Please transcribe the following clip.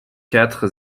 quatre